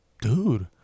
dude